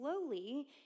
slowly